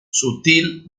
sutil